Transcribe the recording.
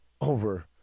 over